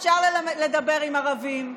אפשר לדבר עם ערבים,